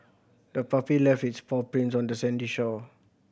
the puppy left its paw prints on the sandy shore